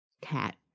cat